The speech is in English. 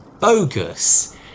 bogus